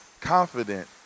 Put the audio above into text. confident